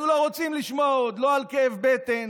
אנחנו לא רוצים לשמוע עוד לא על כאב בטן,